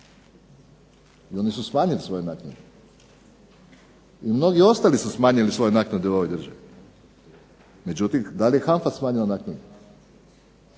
i one su smanjile svoje naknade i mnogi ostali su smanjili svoje naknade u ovoj državi. Međutim da li je HANFA smanjila naknadu,